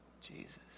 Jesus